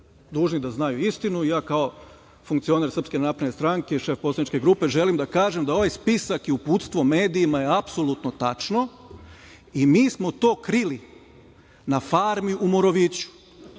dužni da znaju istinu i ja kao funkcioner SNS i šef poslaničke grupe želim da kažem da ovaj spisak sa uputstvom i medijima je apsolutno tačno i mi smo to krili na farmi u Moroviću